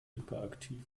hyperaktiv